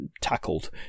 tackled